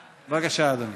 בבקשה, אדוני.